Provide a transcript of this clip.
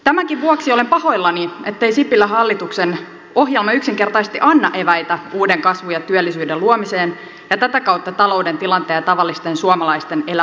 tämänkin vuoksi olen pahoillani ettei sipilän hallituksen ohjelma yksinkertaisesti anna eväitä uuden kasvun ja työllisyyden luomiseen ja tätä kautta talouden tilanteen ja tavallisten suomalaisten elämän parantamiseen